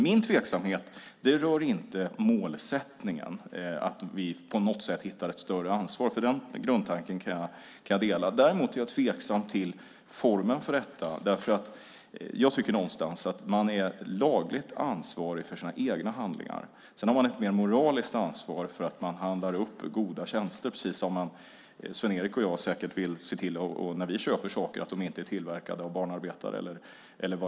Min tveksamhet rör inte målsättningen att vi på något sätt hittar ett större ansvar. Den grundtanken kan jag dela. Däremot är jag tveksam till formen för detta. Jag tycker att man är lagligt ansvarig för sina egna handlingar. Sedan har man ett mer moraliskt ansvar för att man handlar upp goda tjänster. Det är precis som att Sven-Erik och jag säkert vill se till när vi köper saker att de inte är tillverkade av barnarbetare.